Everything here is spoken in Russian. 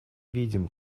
видим